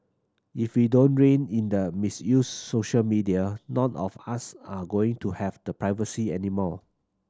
if we don't rein in the misuse social media none of us are going to have the privacy anymore